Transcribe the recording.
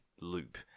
loop